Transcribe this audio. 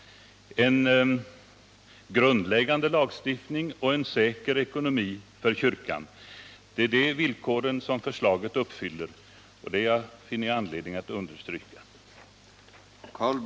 En grundläggande lagstiftning och en säker ekonomi för kyrkan är de villkor som förslaget uppfyller. Jag finner anledning understryka detta.